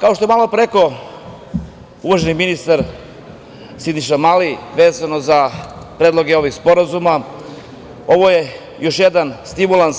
Kao što je malopre rekao uvaženi ministar Siniša Mali, vezano za predloge ovih sporazuma, ovo je još jedan stimulans